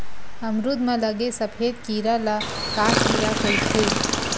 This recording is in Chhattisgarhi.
अमरूद म लगे सफेद कीरा ल का कीरा कइथे?